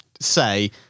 say